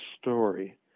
story